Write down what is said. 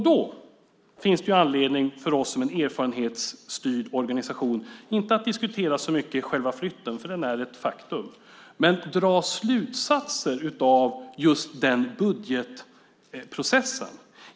Då finns det anledning för oss som en erfarenhetsstyrd organisation inte att diskutera själva flytten, för den är ett faktum, men att dra slutsatser av just den budgetprocessen.